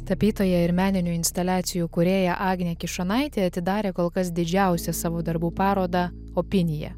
tapytoja ir meninių instaliacijų kūrėja agnė kišonaitė atidarė kol kas didžiausią savo darbų parodą opinija